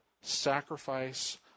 sacrifice